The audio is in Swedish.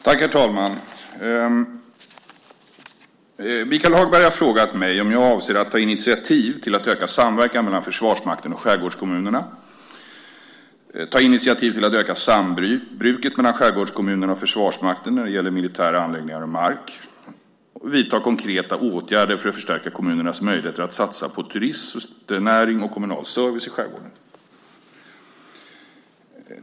Herr talman! Michael Hagberg har frågat mig om jag avser att ta initiativ till att öka samverkan mellan Försvarsmakten och skärgårdskommunerna, ta initiativ till att öka sambruket mellan skärgårdskommunerna och Försvarsmakten när det gäller militära anläggningar och mark och vidta konkreta åtgärder för att förstärka kommunernas möjligheter att satsa på turistnäring och kommunal service i skärgården.